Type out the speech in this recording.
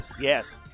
Yes